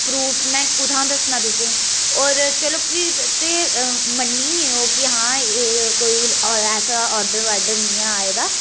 proof में कुत्थुआं दस्सना तुसें ई होर चलो प्ही ते मन्नियै हां ते ऐसा ऑर्डर निं ऐ आए दा